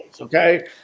okay